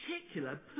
particular